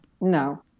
No